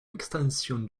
extension